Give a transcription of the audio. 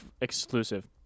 exclusive